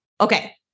okay